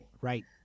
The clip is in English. Right